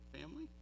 family